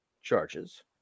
charges